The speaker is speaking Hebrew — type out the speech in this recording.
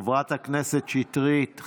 חברת הכנסת שטרית,